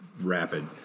rapid